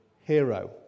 hero